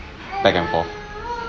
back and forth